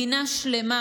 מדינה שלמה